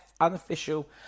Unofficial